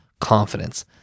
confidence